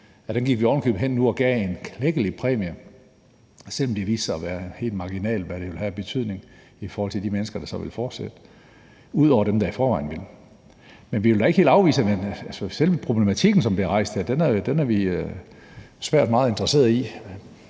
Dem gik vi ovenikøbet hen og gav en klækkelig præmie, selv om det viste sig at være helt marginalt, hvad det ville have af betydning i forhold til de mennesker, der så ville fortsætte, ud over dem, der i forvejen ville. Men vi vil da ikke helt afvise det. Altså, selve problematikken, som bliver rejst her, er vi svært meget interesserede i,